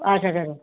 अच्छा च्छा च्छा